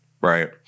right